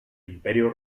imperio